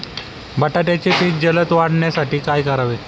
बटाट्याचे पीक जलद वाढवण्यासाठी काय करावे?